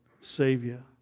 Savior